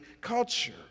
culture